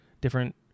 different